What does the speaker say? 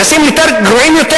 הם נעשים גרועים יותר,